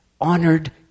honored